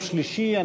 יום שלישי,